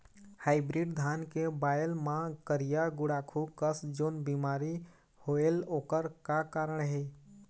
Hybrid धान के बायेल मां करिया गुड़ाखू कस जोन बीमारी होएल ओकर का कारण हे?